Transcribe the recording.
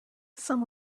some